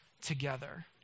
together